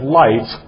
light